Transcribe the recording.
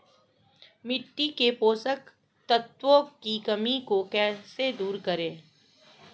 मिट्टी के पोषक तत्वों की कमी को कैसे दूर करें?